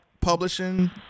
publishing